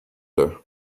her